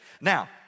Now